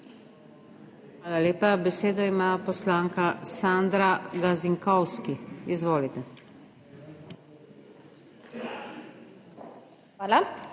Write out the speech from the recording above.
Hvala lepa. Besedo ima poslanka Sandra Gazinkovski, izvolite.